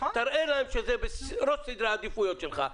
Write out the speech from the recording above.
תראה להם שזה בראש סדר העדיפויות שלך.